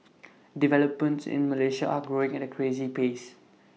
developments in Malaysia are growing at A crazy pace